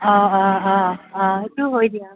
অঁ অঁ অ অঁ সেইটো হয় দিয়া